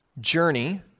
journey